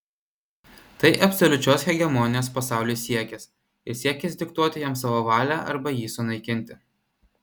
tai absoliučios hegemonijos pasauliui siekis ir siekis diktuoti jam savo valią arba jį sunaikinti